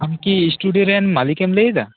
ᱟᱢᱠᱤ ᱤᱥᱴᱩᱰᱤᱭᱩ ᱨᱮᱱ ᱢᱟᱞᱤᱠᱮᱢ ᱞᱟ ᱭᱮᱫᱟ